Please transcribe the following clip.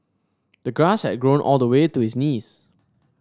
the grass had grown all the way to his knees